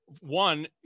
one